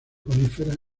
coníferas